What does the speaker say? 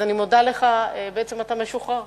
אתה משוחרר.